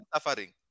suffering